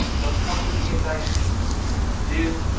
doth comfort thee in thy sleep live,